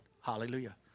Hallelujah